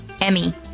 Emmy